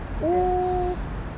oh